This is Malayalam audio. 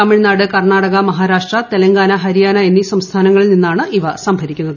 തമിഴ്നാട് കർണാടക മഹാരാഷ്ട്ര തെലങ്കാന ഹരിയാന എന്നീ സംസ്ഥാനങ്ങളിൽ നിന്നാണ് ഇവ സംഭരിക്കുന്നത്